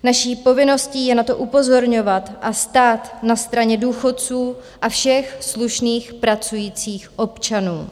Naší povinností je na to upozorňovat a stát na straně důchodců a všech slušných pracujících občanů.